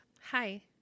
Hi